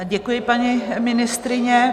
Děkuji, paní ministryně.